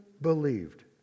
believed